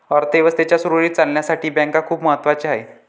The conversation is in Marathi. अर्थ व्यवस्थेच्या सुरळीत चालण्यासाठी बँका खूप महत्वाच्या आहेत